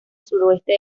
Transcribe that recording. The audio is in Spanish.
sudoeste